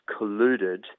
colluded